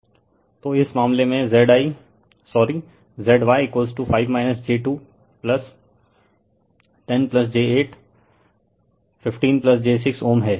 refer slide time 0111 तो इस मामले में Zi sorry ZY5 j2 10j8 15 j6 Ω है